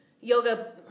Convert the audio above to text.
yoga